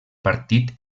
partit